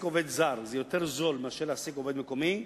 עובד זר זה יותר זול מלהעסיק עובד מקומי,